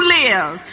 live